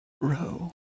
row